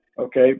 okay